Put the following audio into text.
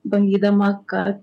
bandydama kad